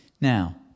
Now